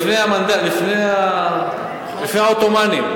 אותו דבר, זה נוסח, זה עוד לפני העות'מאנים.